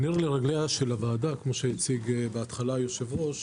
נר לרגליה של הוועדה כפי שהציג בהתחלה היושב-ראש